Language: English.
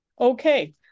Okay